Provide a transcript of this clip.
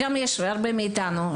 הרבה מאיתנו,